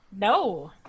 no